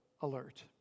alert